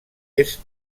est